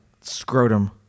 scrotum